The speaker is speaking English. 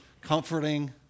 comforting